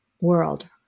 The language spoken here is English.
world